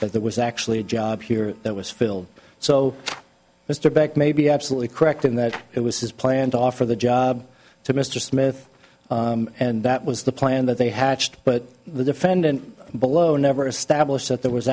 that there was actually a job here that was filled so mr beck may be absolutely correct in that it was his plan to offer the job to mr smith and that was the plan that they hatched but the defendant below never established that there was